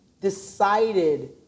decided